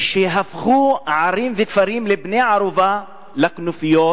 שהפכו ערים וכפרים לבני ערובה לכנופיות